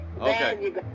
Okay